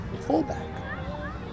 fullback